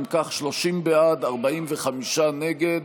אם כך, 30 בעד, 45 נגד.